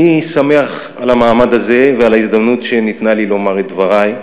אני שמח על המעמד הזה ועל ההזדמנות שניתנה לי לומר את דברי.